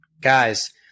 Guys